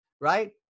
right